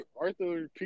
Arthur